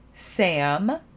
Sam